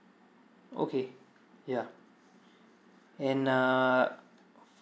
okay yeah and uh